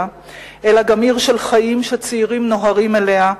אלא גם עיר של חיים שצעירים נוהרים אליה,